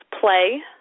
Play